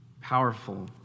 Powerful